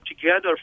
together